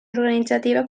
organitzativa